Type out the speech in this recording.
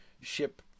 ship